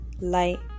light